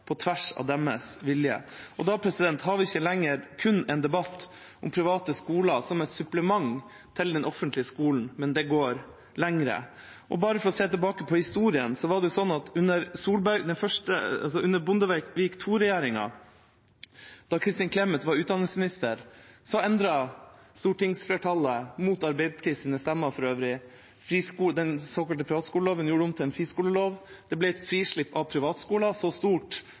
på sin henvendelse – kommunene sier nei, de ønsker ikke opprettelse av privatskoler, men det blir opprettet mot deres vilje. Da har vi ikke lenger kun en debatt om privatskoler som et supplement til den offentlige skolen, men det går lenger. For å se tilbake på historien: Under Bondevik II-regjeringa, da Kristin Clemet var utdanningsminister, endret stortingsflertallet – mot Arbeiderpartiets stemmer, for øvrig – den såkalte privatskoleloven og gjorde den om til en friskolelov. Det ble et frislipp av privatskoler så stort